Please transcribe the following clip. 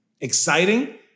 exciting